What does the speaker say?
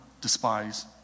despise